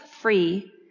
free